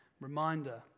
reminder